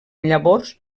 llavors